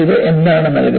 ഇത് എന്താണ് നൽകുന്നത്